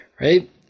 right